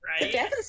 Right